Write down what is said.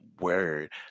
Word